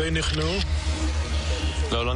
חברי